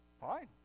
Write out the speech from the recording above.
fine